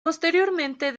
posteriormente